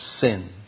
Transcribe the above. sin